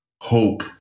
hope